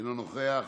אינו נוכח,